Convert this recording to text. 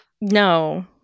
No